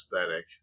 aesthetic